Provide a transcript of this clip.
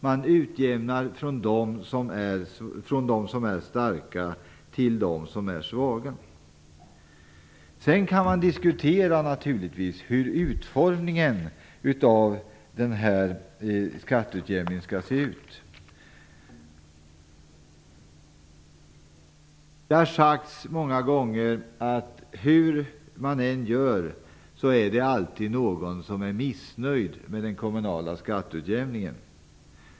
Man utjämnar så att man tar från dem som är starka och ger till dem som är svaga. Sedan kan man naturligtvis diskutera hur utformningen av skatteutjämningen skall se ut. Det har sagts många gånger att hur man är gör så är det alltid någon som är missnöjd med den kommunala skatteutjämningen.